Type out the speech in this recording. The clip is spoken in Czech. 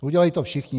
Udělají to všichni.